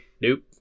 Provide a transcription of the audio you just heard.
Nope